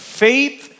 faith